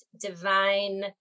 divine